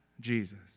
Jesus